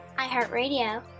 iHeartRadio